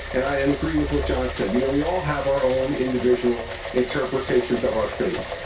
and i and agree with what john said. you know, we all have our own individual interpretations of our faith.